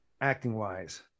acting-wise